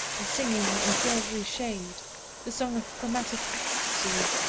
or singing in silvery shade the song of chromatic ecstasy,